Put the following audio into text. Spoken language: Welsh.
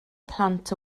plant